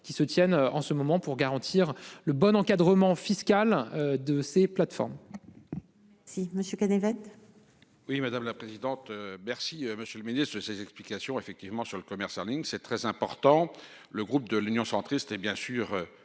qui se tiennent en ce moment pour garantir le bon encadrement fiscal de ces plateformes.